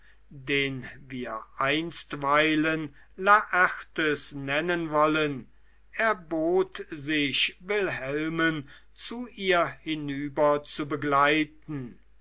den wir einstweilen laertes nennen wollen erbot sich wilhelm zu ihr hinüber zu begleiten